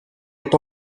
est